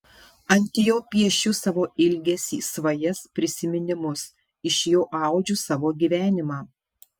ant jo piešiu savo ilgesį svajas prisiminimus iš jo audžiu savo gyvenimą